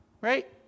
right